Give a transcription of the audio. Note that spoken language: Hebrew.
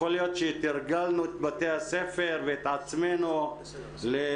יכול להיות שתרגלנו את בתי הספר ואת עצמנו לטילים,